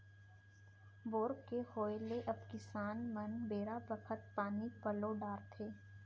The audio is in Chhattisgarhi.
बोर के होय ले अब किसान मन बेरा बखत पानी पलो डारथें